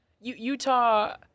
Utah